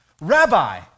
Rabbi